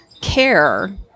care